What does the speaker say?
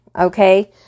okay